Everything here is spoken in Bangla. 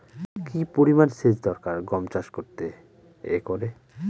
কি পরিমান সেচ দরকার গম চাষ করতে একরে?